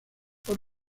por